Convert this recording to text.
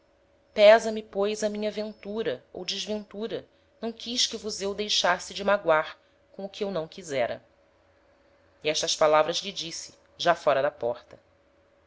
assim pesa-me pois a minha ventura ou desventura não quis que vos eu deixasse de magoar com o que eu não quisera e estas palavras lhe disse já fóra da porta